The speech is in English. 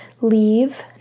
Leave